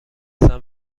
هستم